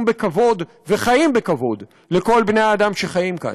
בכבוד וחיים בכבוד לכל בני-האדם שחיים כאן.